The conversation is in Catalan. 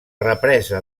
represa